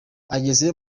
ageze